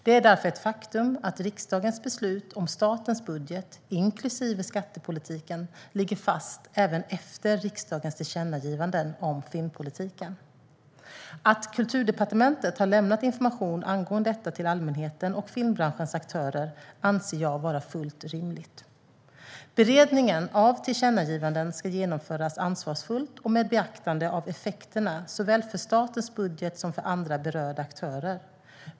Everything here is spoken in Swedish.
Det är därför ett faktum att riksdagens beslut om statens budget, inklusive skattepolitiken, ligger fast även efter riksdagens tillkännagivanden om filmpolitiken. Att Kulturdepartementet har lämnat information angående detta till allmänheten och filmbranschens aktörer anser jag vara fullt rimligt. Beredningen av tillkännagivanden ska genomföras ansvarsfullt och med beaktande av effekterna såväl för statens budget som för andra berörda aktörer.